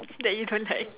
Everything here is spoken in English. that you don't like